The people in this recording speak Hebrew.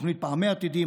תוכנית פעמי עתידים,